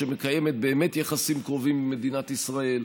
שמקיימת יחסים קרובים עם מדינת ישראל.